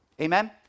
Amen